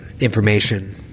information